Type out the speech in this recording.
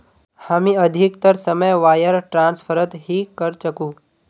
हामी अधिकतर समय वायर ट्रांसफरत ही करचकु